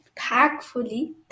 Thankfully